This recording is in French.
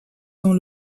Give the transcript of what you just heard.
dans